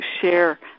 share